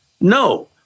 No